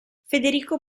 federico